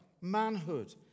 manhood